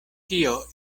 tio